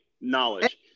Knowledge